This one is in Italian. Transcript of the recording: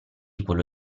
quello